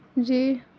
جی